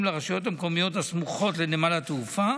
לרשויות המקומיות הסמוכות לנמל התעופה,